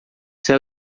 céu